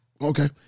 Okay